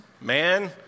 Man